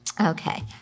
Okay